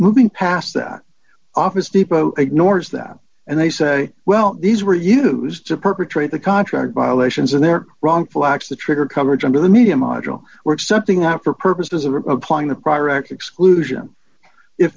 moving past that office depot ignores that and they say well these were used to perpetrate the contract violations and they're wrongful acts to trigger coverage on to the media much will work something out for purposes of replying to prior acts exclusion if